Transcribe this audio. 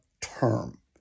term